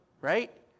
right